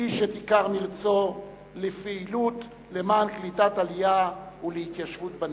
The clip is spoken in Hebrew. הקדיש את עיקר מרצו לפעילות למען קליטת עלייה והתיישבות בנגב.